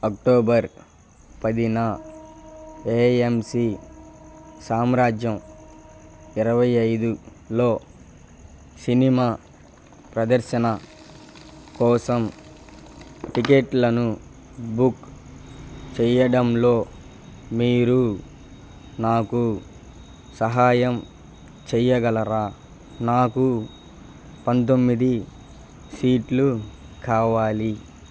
October పదిన A M C సామ్రాజ్యం ఇరవై ఐదులో సినిమా ప్రదర్శన కోసం టిక్కెట్లను బుక్ చేయడంలో మీరు నాకు సహాయం చెయ్యగలరా నాకు పంతొమ్మిది సీట్లు కావాలి